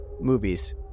movies